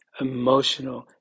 emotional